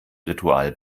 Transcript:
ritual